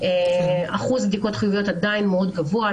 אחוז הבדיקות החיוביות עדיין מאוד גבוה.